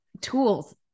tools